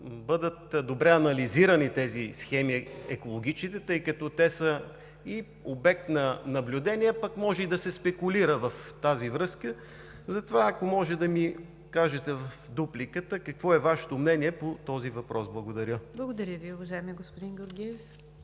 бъдат добре анализирани тези схеми – екологичните, тъй като те са и обект на наблюдение, пък може и да се спекулира в тази връзка, затова, ако може да ми кажете в дупликата: какво е Вашето мнение по този въпрос? Благодаря. ПРЕДСЕДАТЕЛ НИГЯР ДЖАФЕР: Благодаря Ви, уважаеми господин Георгиев.